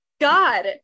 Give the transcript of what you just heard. god